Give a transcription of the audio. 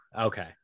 okay